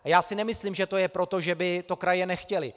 A já si nemyslím, že to je proto, že by to kraje nechtěly.